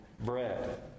bread